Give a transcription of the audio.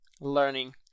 learning